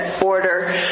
order